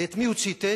ואת מי הוא ציטט?